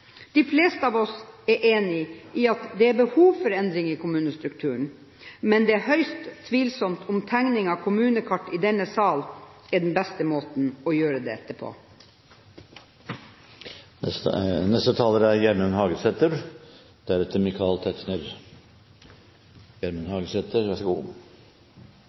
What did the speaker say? De fleste av oss er enig i at det er behov for endringer i kommunestrukturen, men det er høyst tvilsomt om tegning av kommunekart i denne sal er den beste måten å gjøre det